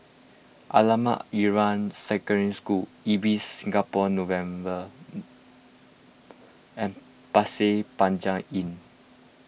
Ahmad Ibrahim Secondary School Ibis Singapore Novena and Pasir Panjang Inn